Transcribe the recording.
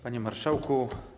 Panie Marszałku!